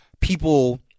people